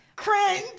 Cringe